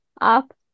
up